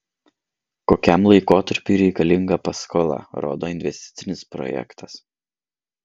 kokiam laikotarpiui reikalinga paskola rodo investicinis projektas